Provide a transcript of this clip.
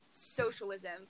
socialism